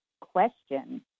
question